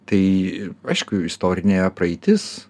tai aišku istorinė praeitis